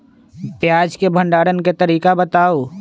प्याज के भंडारण के तरीका बताऊ?